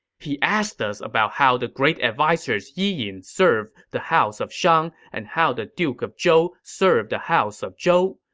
he asked us about how the great advisers yi yin served the house of shang and how the duke of zhou served the house of zhou,